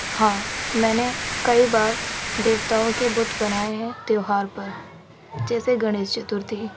ہاں میں نے كئی بار دیوتاؤں كے بت بنائے ہیں تیوہار پر جیسے گنیش چترتھی